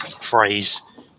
phrase